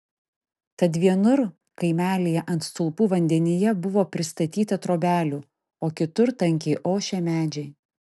tad vienur kaimelyje ant stulpų vandenyje buvo pristatyta trobelių o kitur tankiai ošė medžiai